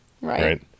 Right